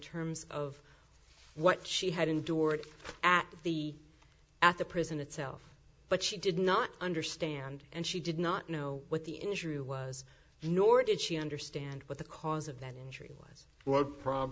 terms of what she had endured at the at the prison itself but she did not understand and she did not know what the injury was nor did she understand what the cause of that injury was what prom